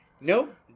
nope